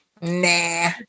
Nah